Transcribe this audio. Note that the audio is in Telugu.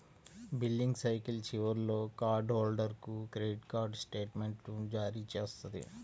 బిల్లింగ్ సైకిల్ చివరిలో కార్డ్ హోల్డర్కు క్రెడిట్ కార్డ్ స్టేట్మెంట్ను జారీ చేస్తుంది